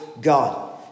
God